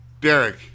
Derek